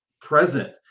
present